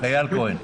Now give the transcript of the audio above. אייל כהן.